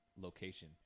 location